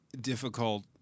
difficult